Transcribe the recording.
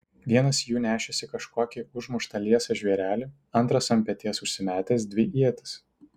vienas jų nešėsi kažkokį užmuštą liesą žvėrelį antras ant peties užsimetęs dvi ietis